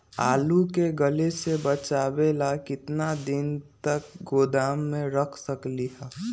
आलू के गले से बचाबे ला कितना दिन तक गोदाम में रख सकली ह?